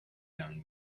young